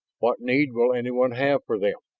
what need will anyone have for them?